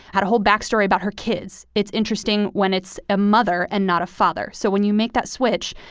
had a whole backstory about her kids. it's interesting when it's a mother and not a father. so when you make that switch,